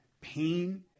pain